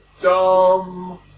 dumb